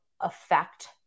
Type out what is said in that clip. affect